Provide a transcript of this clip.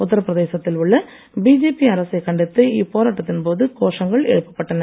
உத்தரபிரதேசத்தில் உள்ள பிஜேபி அரசை கண்டித்து இப்போராட்டத்தின் போது கோஷங்கள் எழுப்பப்பட்டன